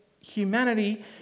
humanity